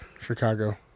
Chicago